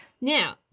Now